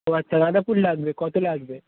ও আচ্ছা গাঁদা ফুল লাগবে কত লাগবে